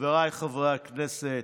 חבריי חברי הכנסת,